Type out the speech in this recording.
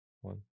one